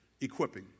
Equipping